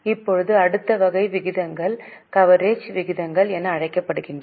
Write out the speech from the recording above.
இப்போது அடுத்த வகை விகிதங்கள் கவரேஜ் விகிதங்கள் என அழைக்கப்படுகின்றன